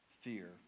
fear